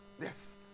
Yes